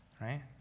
right